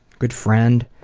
good friend.